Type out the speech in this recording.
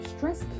Stress